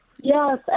yes